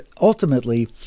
ultimately